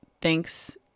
thanks